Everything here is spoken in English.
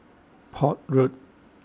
Port Road